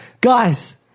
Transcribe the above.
Guys